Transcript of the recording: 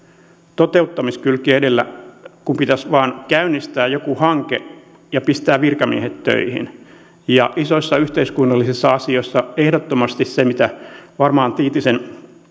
toteuttamiskylki edellä kun pitäisi vain käynnistää joku hanke ja pistää virkamiehet töihin isoissa yhteiskunnallisissa asioissa ehdottomasti mitä varmaan tiitisen